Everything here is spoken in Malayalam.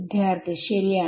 വിദ്യാർത്ഥി ശരിയാണ്